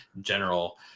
general